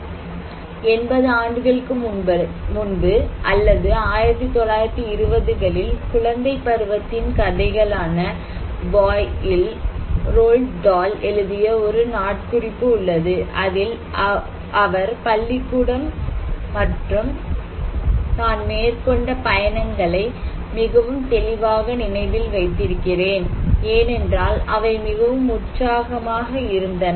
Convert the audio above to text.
80 ஆண்டுகளுக்கு முன்பு அல்லது 1920 களில் குழந்தை பருவத்தின் கதைகளான BOY இல் ரோல்ட் டால் எழுதிய ஒரு நாட்குறிப்பு உள்ளது அதில் அவர் பள்ளிக்கூடம் மற்றும் நான் மேற்கொண்ட பயணங்களை நான் மிகவும் தெளிவாக நினைவில் வைத்திருக்கிறேன் ஏனென்றால் அவை மிகவும் உற்சாகமாக இருந்தன